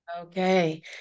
Okay